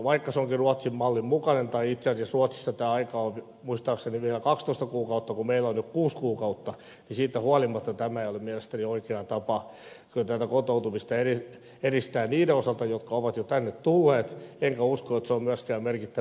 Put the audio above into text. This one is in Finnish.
vaikka se onkin ruotsin mallin mukaista tai itse asiassa ruotsissa tämä aika on muistaakseni vielä kaksitoista kuukautta kun meillä on nyt kuusi kuukautta niin siitä huolimatta tämä ei ole mielestäni oikea tapa kyllä tätä kotoutumista edistää niiden osalta jotka ovat jo tänne tulleet enkä usko että se on myöskään merkittävä vetovoimatekijä